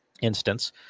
instance